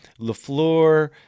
Lafleur